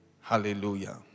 Hallelujah